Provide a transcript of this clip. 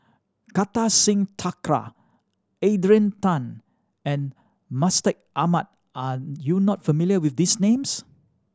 Kartar Singh Thakral Adrian Tan and Mustaq Ahmad are you not familiar with these names